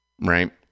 right